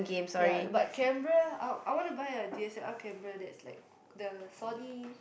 ya but camera I I want to buy a D_S_L_R camera that's like the Sony